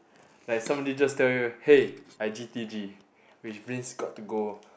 like somebody just tell you hey I G_T_G which means got to go